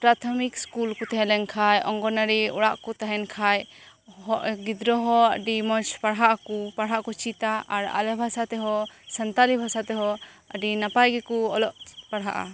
ᱯᱨᱟᱛᱷᱚᱢᱤᱠ ᱥᱠᱩᱞ ᱠᱚ ᱛᱟᱦᱮᱸ ᱞᱮᱱ ᱠᱷᱟᱱ ᱚᱝᱜᱚᱱᱳᱣᱟᱲᱤ ᱚᱲᱟᱜ ᱠᱚ ᱛᱟᱦᱮᱱ ᱠᱷᱟᱱ ᱦᱚᱸ ᱜᱤᱫᱽᱨᱟᱹ ᱦᱚᱸ ᱟᱹᱰᱤ ᱢᱚᱸᱡᱽ ᱠᱚ ᱯᱟᱲᱦᱟᱜ ᱟᱠᱚ ᱯᱟᱲᱦᱟᱜ ᱠᱚ ᱪᱮᱫᱟ ᱟᱨ ᱟᱞᱮ ᱦᱚᱸ ᱚᱱᱟ ᱥᱟᱶᱛᱮ ᱦᱚᱸ ᱥᱟᱱᱛᱟᱲᱤ ᱵᱷᱟᱸᱥᱟ ᱛᱮᱦᱚᱸ ᱟᱹᱰᱤ ᱱᱟᱯᱟᱭ ᱜᱮᱠᱚ ᱚᱞᱚᱜ ᱯᱟᱲᱦᱟᱜᱼᱟ